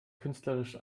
künstlerisch